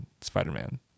Spider-Man